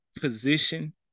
position